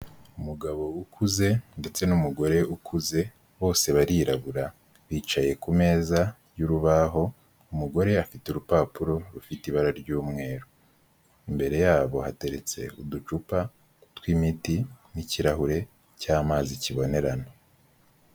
Umugabo ukuze ndetse n'umugore ukuze, bose barirabura, bicaye ku meza y'urubaho, umugore afite urupapuro rufite ibara ry'umweru. Imbere yabo hateretse uducupa tw'imiti n'ikirahure cy'amazi kibonerana.